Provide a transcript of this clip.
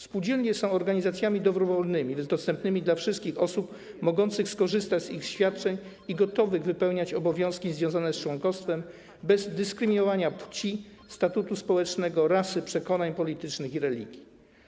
Spółdzielnie są organizacjami dobrowolnymi, dostępnymi dla wszystkich osób mogących skorzystać z ich świadczeń i gotowych wypełniać obowiązki związane z członkostwem bez dyskryminowania płci, statutu społecznego, rasy, przekonań politycznych i religii.